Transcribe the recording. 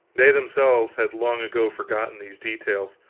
they themselves had long ago forgotten these details